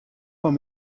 fan